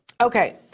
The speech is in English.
Okay